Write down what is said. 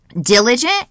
diligent